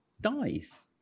dies